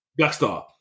Blackstar